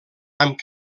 amb